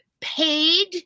paid